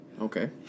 Okay